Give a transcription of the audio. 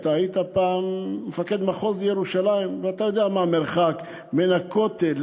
אתה היית פעם מפקד מחוז ירושלים ואתה יודע מה המרחק בין הכותל,